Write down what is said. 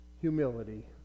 humility